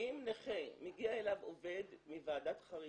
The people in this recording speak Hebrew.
אם מגיע לנכה עובד מוועדת חריגים,